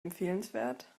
empfehlenswert